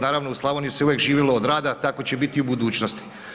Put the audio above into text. Naravno, u Slavoniji se uvijek živjelo od rada, tako će biti i u budućnosti.